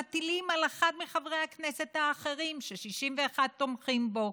מטילים על אחד מחברי הכנסת האחרים ש-61 תומכים בו,